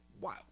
wow